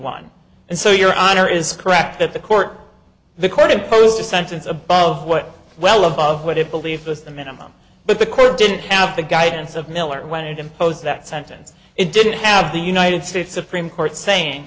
one and so your honor is correct that the court the court imposed a sentence above what well above what it believed was the minimum but the court didn't have the guidance of miller when it imposed that sentence it didn't have the united states supreme court saying